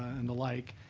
and the like.